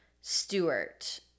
Stewart